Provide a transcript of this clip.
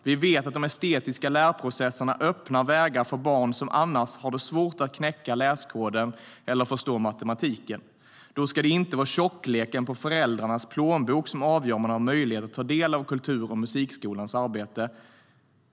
Vi vet att de estetiska lärprocesserna öppnar vägar för barn som annars har svårt att knäcka läskoden eller förstå matematiken. Då ska det inte vara tjockleken på föräldrarnas plånbok som avgör om man har möjlighet att ta del av kultur och musikskolans arbete.